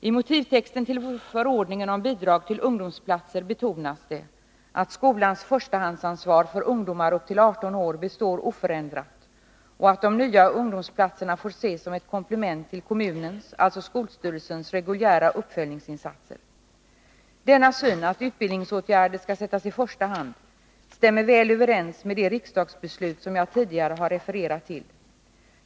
I motivtexten till förordningen om bidrag till ungdomsplatser betonas det att skolans förstahandsansvar för ungdomar upp till 18 år består oförändrat och att de nya ungdomsplatserna får ses som ett komplement till kommunens, alltså skolstyrelsens, reguljära uppföljningsinsatser. Denna syn, dvs. att utbildningsåtgärder skall sättas i första hand, stämmer väl överens med de riksdagsbeslut som jag tidigare har refererat till.